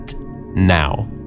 now